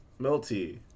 melty